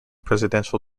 presidential